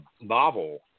novel